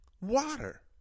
Water